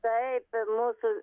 taip mūsų